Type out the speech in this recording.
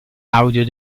audio